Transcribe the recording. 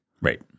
right